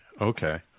Okay